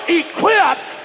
equipped